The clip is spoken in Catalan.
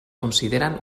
consideren